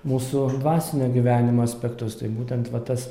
mūsų dvasinio gyvenimo aspektus tai būtent va tas